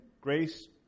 grace